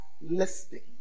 listing